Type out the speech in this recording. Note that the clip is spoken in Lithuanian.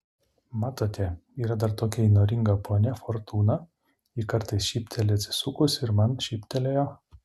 matote yra dar tokia įnoringa ponia fortūna ji kartais šypteli atsisukus ir man šyptelėjo